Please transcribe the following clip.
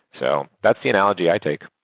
so that's the analogy i take.